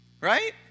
right